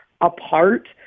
apart